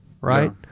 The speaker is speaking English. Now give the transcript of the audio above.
right